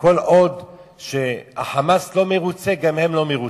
כל עוד ה"חמאס" לא מרוצה גם הם לא מרוצים.